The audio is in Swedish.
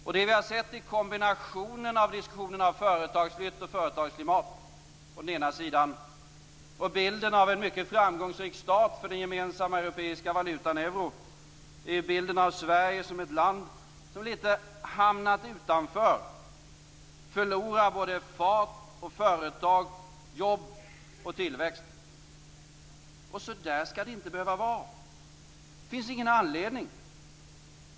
Det som vi har sett i kombinationen av diskussionen om företagsflytt och företagsklimat å den ena sidan och bilden av en mycket framgångsrik start för den gemensamma europeiska valutan euro är ju bilden av Sverige som ett land som hamnat lite utanför och som förlorar både fart och företag, jobb och tillväxt. Så där skall det inte behöva vara. Det finns ingen anledning.